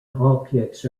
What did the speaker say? objects